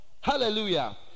Hallelujah